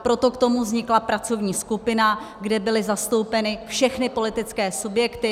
Proto k tomu vznikla pracovní skupina, kde byly zastoupeny všechny politické subjekty.